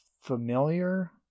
familiar